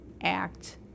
act